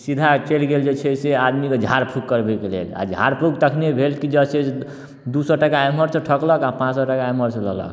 सीधा चलि गेल जे छै से आदमीके झाड़ फूँक करबैके लेल आ झाड़ फूँक तखने भेल की जँ से दू सए टका एमहर सऽ ठकलक आ पाँच सए एमहर सँ लेलक